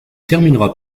terminera